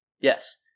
Yes